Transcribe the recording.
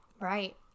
Right